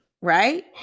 right